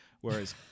whereas